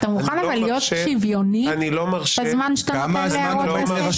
אבל אתה מוכן להיות שוויוני בזמן שאתה נותן להערות לסדר?